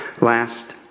last